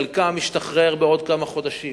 חלק משתחרר בעוד כמה חודשים.